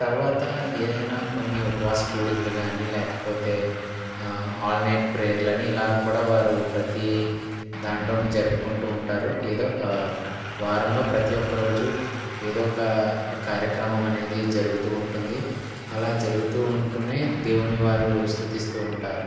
తర్వాత ఏదైనా కొన్ని ఉపవాస కూడికలు కానీ లేకపోతే ఆల్ నైట్ ప్రేయర్లని ఇలా కూడా వారు ప్రతి దాంట్లోనే జరుపుకుంటూ ఉంటారు ఏదో వారంలో ప్రతి ఒక్క రోజు ఏదో ఒక కార్యక్రమం అనేది జరుగుతూ ఉంటుంది అలా జరుగుతూ ఉంటూనే దేవుణ్ణి వారు స్థుతిస్తూ ఉంటారు